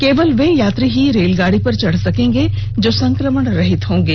केवल वे यात्री ही रेलगाड़ी पर चढ़ सकेंगे जो संक्रमण रहित होंगे